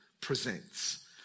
presents